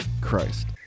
Christ